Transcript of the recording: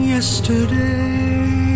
Yesterday